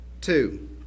Two